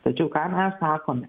tačiau ką mes sakome